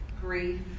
grief